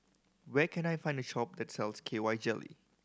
where can I find a shop that sells K Y Jelly